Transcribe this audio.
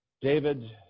David